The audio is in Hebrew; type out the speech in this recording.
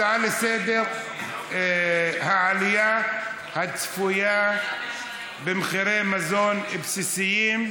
הצעות לסדר-היום: העלייה הצפויה במחירי מזון בסיסיים,